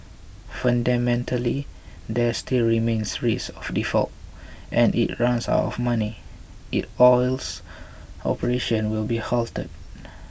fundamentally there still remains risk of default and if it runs out of money its oils operations will be halted